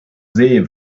see